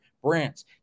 Brands